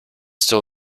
still